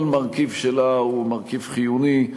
כל מרכיב שלה הוא מרכיב חיוני.